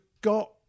got